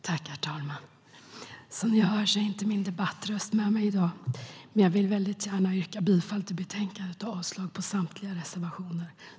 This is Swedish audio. Herr talman! Som ni hör är inte min debattröst med mig i dag, men jag vill väldigt gärna yrka bifall till förslaget i betänkandet och avslag på samtliga reservationer.